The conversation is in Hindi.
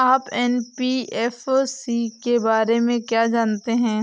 आप एन.बी.एफ.सी के बारे में क्या जानते हैं?